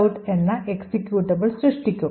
out എന്ന executable സൃഷ്ടിക്കും